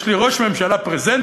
יש לי ראש ממשלה פרזנטור.